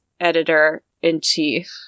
Editor-in-Chief